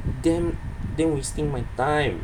then then wasting my time